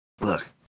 look